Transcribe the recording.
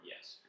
Yes